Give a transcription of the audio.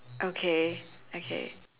okay okay